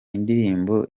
indirimbo